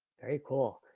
very cool.